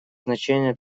значение